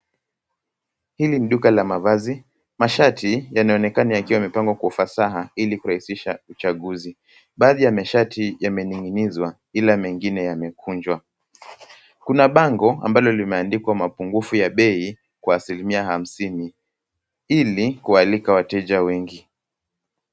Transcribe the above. Hili ni duka la mavazi. Mashati yanaonekana yakiwa yamepangwa kwa ufasaha ili kurahisisha uchanguzi. Baadhi ya mashati yamening'inizwa ila mengine yamekunjwa. Kuna bango ambalo limeandikwa mapungufu ya bei kwa asilimia hamsini ili kualika wateja wengi.